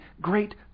great